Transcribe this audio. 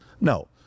No